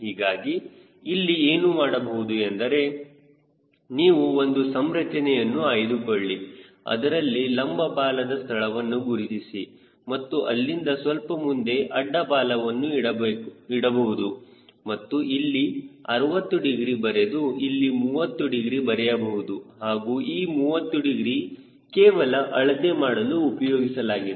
ಹೀಗಾಗಿ ಇಲ್ಲಿ ಏನು ಮಾಡಬಹುದು ಎಂದರೆ ನೀವು ಒಂದು ಸಂರಚನೆಯನ್ನು ಆಯ್ದುಕೊಳ್ಳಿ ಅದರಲ್ಲಿ ಲಂಬ ಬಾಲದ ಸ್ಥಳವನ್ನು ಗುರುತಿಸಿ ಮತ್ತು ಅಲ್ಲಿಂದ ಸ್ವಲ್ಪ ಮುಂದೆ ಅಡ್ಡ ಬಾಲವನ್ನು ಇಡಬಹುದು ಮತ್ತು ಇಲ್ಲಿ 60 ಡಿಗ್ರಿ ಬರೆದು ಇಲ್ಲಿ 30 ಡಿಗ್ರಿ ಬರೆಯಬಹುದು ಹಾಗೂ ಈ 30 ಡಿಗ್ರಿ ಕೇವಲ ಅಳತೆ ಮಾಡಲು ಉಪಯೋಗಿಸಲಾಗಿದೆ